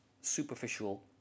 superficial